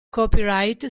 copyright